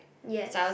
yes